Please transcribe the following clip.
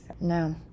No